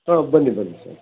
ಹಾಂ ಬನ್ನಿ ಬನ್ನಿ ಸರ್